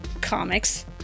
Comics